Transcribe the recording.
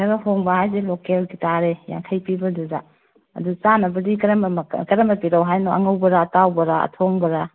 ꯈꯔ ꯍꯣꯡꯕ ꯍꯥꯏꯁꯦ ꯂꯣꯀꯦꯜꯒꯤ ꯇꯥꯔꯦ ꯌꯥꯡꯈꯩ ꯄꯤꯕꯗꯨꯗ ꯑꯗꯣ ꯆꯥꯅꯕꯗꯤ ꯀꯔꯝꯕ ꯄꯤꯔꯛꯑꯣ ꯍꯥꯏꯅꯣ ꯑꯉꯧꯕꯔꯥ ꯑꯇꯥꯎꯕꯔꯥ ꯑꯊꯣꯡꯕꯔꯥ